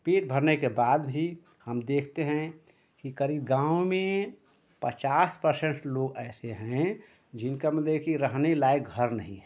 पेट भरने के बाद भी हम देखते हैं कि करीब गाँव में पचास पर्सेन्ट लोग ऐसे हें जिनका मदे है कि रहने लायक घर नहीं है आज भी